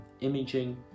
imaging